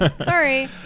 Sorry